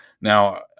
Now